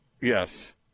Yes